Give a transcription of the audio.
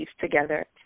together